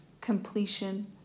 completion